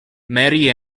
marie